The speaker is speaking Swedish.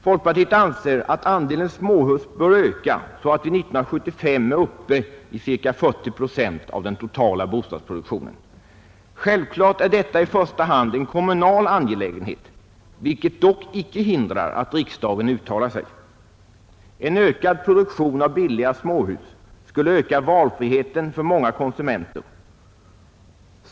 Folkpartiet anser också att andelen småhus bör öka, så att den 1975 är uppe i ca 40 procent av den totala bostadsproduktionen. Självklart är detta i första hand en kommunal angelägenhet, vilket dock inte hindrar att riksdagen uttalar sig. En ökad produktion av billiga småhus skulle öka valfriheten för många konsumenter.